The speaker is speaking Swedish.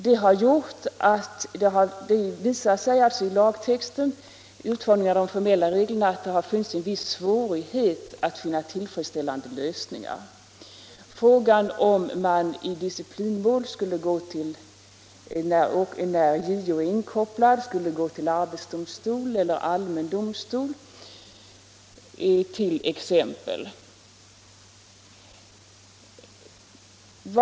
Det visar sig i utformningen av de formella reglerna att det funnits vissa svårigheter att finna tillfredsställande lösningar. Frågan om man i disciplinmål när JO är inkopplad skall gå till arbetsdomstol eller allmän domstol är ett exempel.